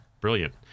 Brilliant